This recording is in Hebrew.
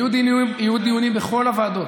יהיו דיונים בכל הוועדות.